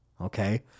Okay